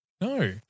No